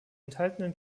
enthaltenen